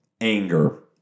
anger